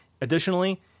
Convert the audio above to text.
Additionally